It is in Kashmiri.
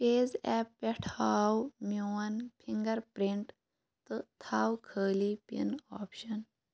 پیز ایپ پیٚٹھ ہاو میٛون فِنٛگر پرٛنٛٹ تہٕ تھاو خٲلی پِن آپشن